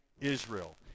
Israel